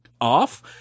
off